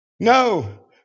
No